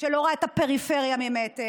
שלא רואה את הפריפריה ממטר.